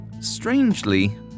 strangely